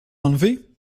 enlevée